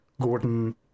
Gordon